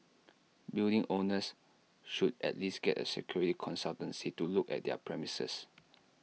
building owners should at least get A security consultancy to look at their premises